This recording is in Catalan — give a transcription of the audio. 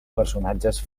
personatges